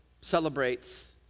celebrates